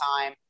time